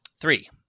Three